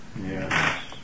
Yes